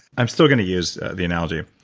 i'm still going to use the analogy.